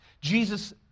Jesus